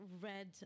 read